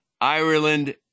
Ireland